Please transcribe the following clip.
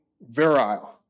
virile